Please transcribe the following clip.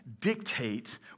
dictate